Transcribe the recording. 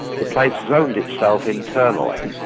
the place zoned itself internally,